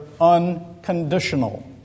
unconditional